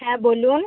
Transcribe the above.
হ্যাঁ বলুন